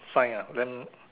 sign ah then